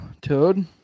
Toad